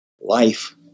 life